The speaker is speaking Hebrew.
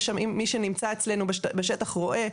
מי שנמצא אצלנו בשטח רואה,